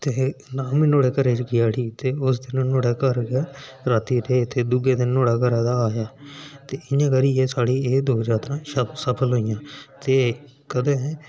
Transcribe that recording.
ते आमी नुआढ़े घरै गी गेआ उठी ते रातीं रेह् उत्थै ते इ'यां गै साढ़ी यात्रा सफल होईआं ते कदें